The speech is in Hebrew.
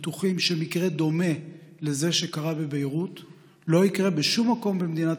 בטוחים שמקרה דומה לזה שקרה בביירות לא יקרה בשום מקום במדינת